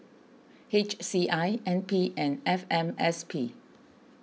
H C I N P and F M S P